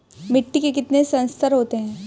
मिट्टी के कितने संस्तर होते हैं?